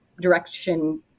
direction